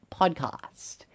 podcast